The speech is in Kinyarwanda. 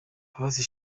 mbabazi